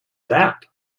that